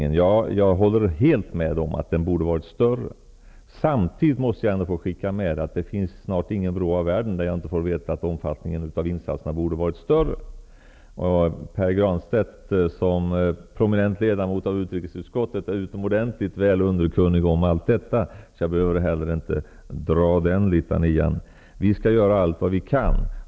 Jag håller helt med om att omfattningen av insatserna borde ha varit större. Men det finns snart inte någon vrå av världen där omfattningen av insatserna inte borde ha varit större. Pär Granstedt är, som prominent ledamot av utrikesutskottet, utomordentligt väl underkunnig om allt detta, så jag behöver inte dra den litanian. Vi skall göra allt vad vi kan.